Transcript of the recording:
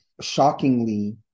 shockingly